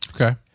Okay